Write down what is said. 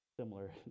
Similar